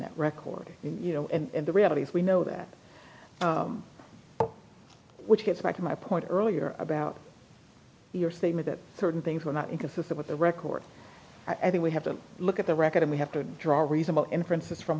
that record you know and the reality is we know that which gets back to my point earlier about your statement that certain things were not inconsistent with the record i think we have to look at the record and we have to draw reasonable inferences from